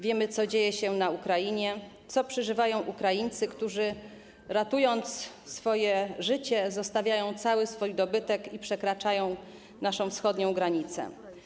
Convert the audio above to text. Wiemy, co dzieje się na Ukrainie, co przeżywają Ukraińcy, którzy ratując swoje życie, zostawiają cały swój dobytek i przekraczają naszą wschodnią granicę.